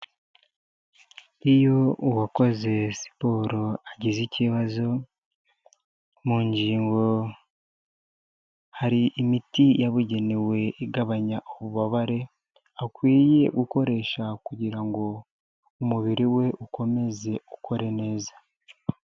Iyo uwakoze siporo agize ikibazo mu ngingo, hari imiti yabugenewe igabanya ububabare akwiye gukoresha kugira ngo umubiri we ukomeze ukore neza.